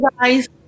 guys